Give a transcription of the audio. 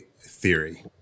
theory